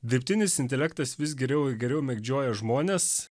dirbtinis intelektas vis geriau ir geriau mėgdžioja žmones